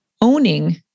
owning